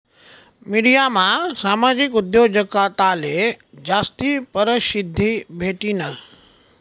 मिडियामा सामाजिक उद्योजकताले जास्ती परशिद्धी भेटनी